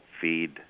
feed